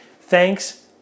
Thanks